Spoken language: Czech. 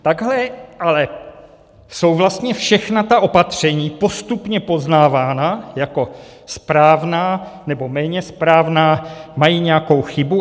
Takhle ale jsou vlastně všechna ta opatření postupně poznávána jako správná, nebo méně správná, mají nějakou chybu.